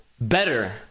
better